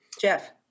Jeff